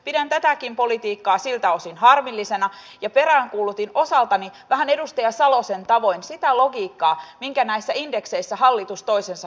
pidän tätäkin politiikkaa siltä osin harmillisena ja peräänkuulutin osaltani vähän edustaja salosen tavoin sitä logiikkaa minkä näissä indekseissä hallitus toisensa perään ottaa